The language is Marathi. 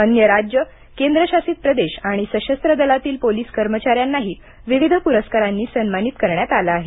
अन्य राज्य केंद्र शासित प्रदेश आणि सशस्त्र दलातील पोलीस कर्मचाऱ्यांनाही विविध पुरस्कारांनी सन्मानित करण्यात आले आहे